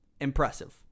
impressive